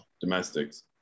domestics